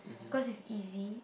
cause it's easy